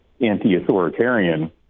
anti-authoritarian